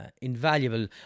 invaluable